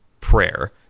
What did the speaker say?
prayer